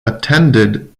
attended